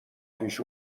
پیش